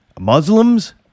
Muslims